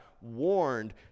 warned